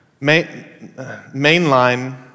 Mainline